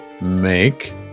make